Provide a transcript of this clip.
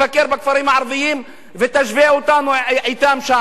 בכפרים הערביים ותשווה אותנו אתם שם.